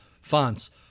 fonts